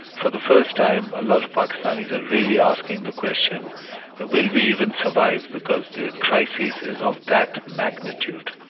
for the first time a lot of pakistanis are really asking the question will we even survive? because the crisis is of that magnitude.